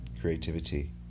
creativity